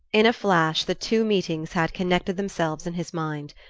in a flash the two meetings had connected themselves in his mind.